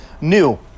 new